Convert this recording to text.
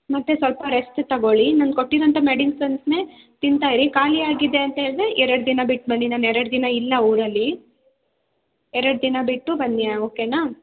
ಮತ್ತು ಸ್ವಲ್ಪ ರೆಸ್ಟ್ ತೊಗೊಳಿ ನಾನು ಕೊಟ್ಟಿರೋಂಥ ಮೆಡಿಸನ್ಸ್ನೆ ತಿಂತಾ ಇರಿ ಖಾಲಿ ಆಗಿದೆ ಅಂತೇಳಿದ್ರೆ ಎರಡು ದಿನ ಬಿಟ್ಟು ಬನ್ನಿ ನಾನು ಎರಡು ದಿನ ಇಲ್ಲ ಊರಲ್ಲಿ ಎರಡು ದಿನ ಬಿಟ್ಟು ಬನ್ನಿ ಓಕೆನಾ